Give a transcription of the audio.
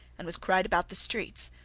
and was cried about the streets.